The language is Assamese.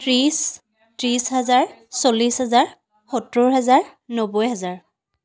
ত্ৰিছ ত্ৰিছ হাজাৰ চল্লিছ হাজাৰ সত্তৰ হাজাৰ নব্বৈ হাজাৰ